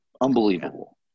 unbelievable